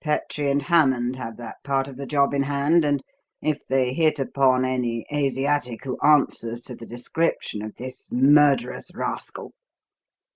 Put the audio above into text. petrie and hammond have that part of the job in hand, and if they hit upon any asiatic who answers to the description of this murderous rascal